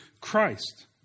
Christ